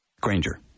Granger